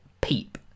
PEEP